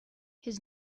his